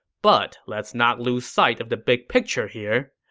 but let's not lose sight of the big picture here.